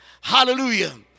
Hallelujah